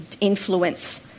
influence